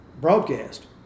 broadcast